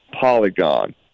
polygon